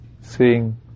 seeing